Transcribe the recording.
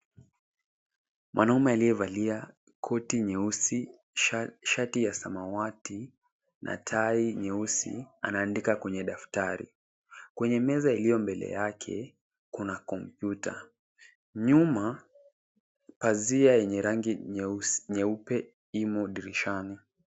Mwanaume aliyevalia koti nyeusi, shati ya samawati na tai nyeusi anaandika kwenye daftari. Kwenye meza iliyo mbele yake, kuna kompyuta. Nyuma, pazia yenye rangi nyeupe imo dirishani.